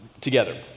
together